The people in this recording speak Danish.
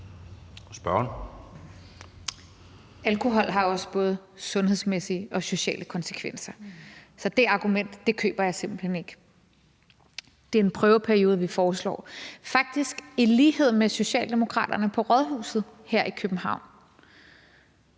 Alkohol har også både sundhedsmæssige og sociale konsekvenser, så det argument køber jeg simpelt hen ikke. Det er en prøveperiode, vi foreslår – faktisk i lighed med det, Socialdemokraterne gør på Københavns